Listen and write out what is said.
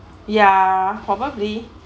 ya probably